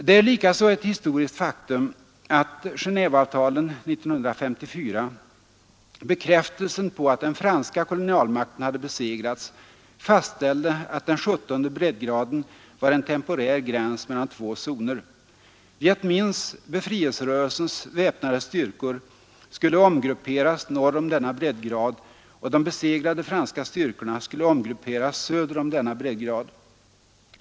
Det är likaså ett historiskt faktum att Genéveavtalen 1954, bekräftelsen på att den franska kolonialmakten hade besegrats, fastställde att den 17:e breddgraden var en temporär gräns mellan två zoner. Viet Minhs, befrielserörelsens, väpnade styrkor skulle omgrupperas norr om denna breddgrad, och de besegrade franska styrkorna skulle omgrupperas söder om denna breddgrad.